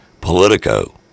Politico